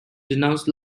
denounced